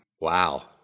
Wow